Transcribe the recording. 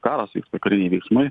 karas kariniai veiksmai